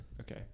Okay